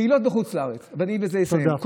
קהילות בחוץ לארץ, ואני בזה אסיים.